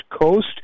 Coast